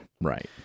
right